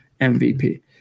MVP